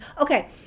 okay